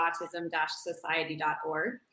autism-society.org